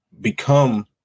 become